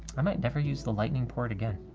i might never use the lightning port again,